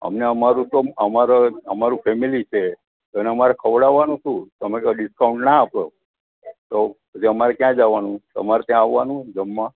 અમને અમારું તો અમારા અમારું ફેમીલી છે તો એને અમારે ખવડાવવાનું શુ તમે તો ડિસ્કાઉન્ટ ના આપો તો તે અમારે ક્યાં જવાનું તમારે ત્યાં આવવાનું જમવા